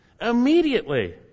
Immediately